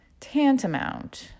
tantamount